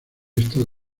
estado